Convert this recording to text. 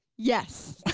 yes,